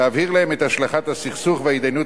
להבהיר להם את השלכות הסכסוך וההתדיינות